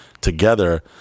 together